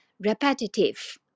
repetitive